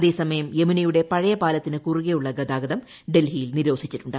അതേസമയം യമുനയുടെ പാലത്തിന് കുറുകെയുള്ള ഗതാഗതം ഡൽഹിയിൽ പഴയ നിരോധിച്ചിട്ടുണ്ട്